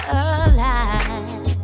alive